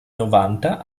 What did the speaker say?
novanta